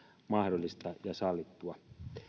mahdollista ja sallittua